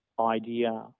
idea